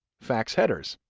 fax headers,